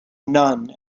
none